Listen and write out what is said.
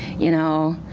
you know.